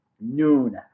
Noon